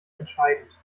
entscheidend